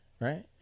right